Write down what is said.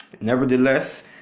Nevertheless